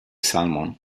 salmon